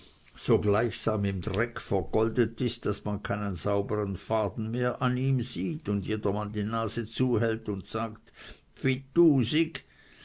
so gleichsam im dreck vergoldet ist daß man keinen saubern faden mehr an ihm sieht und jedermann die nase zuhält und sagt pfitusig da